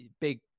big